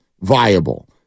viable